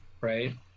right